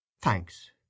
Thanks